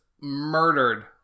murdered